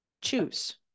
choose